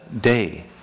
day